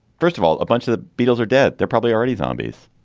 first of all, a bunch of the beatles are dead. they're probably already zombies.